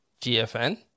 GFN